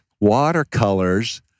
watercolors